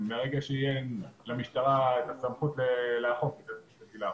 מרגע שתהיה למשטרה את הסמכות לאכוף את זה נתחיל לאכוף.